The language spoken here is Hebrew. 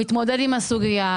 הוא מתמודד עם הסוגיה.